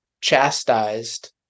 chastised